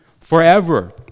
forever